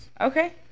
Okay